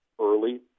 early